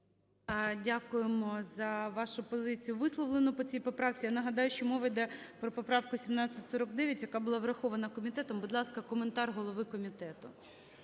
Дякуємо за вашу позицію, висловлену по цій поправці. Я нагадаю, що мова йде про поправку 1749, яка була врахована комітетом. Будь ласка, коментар голови комітету.